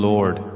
Lord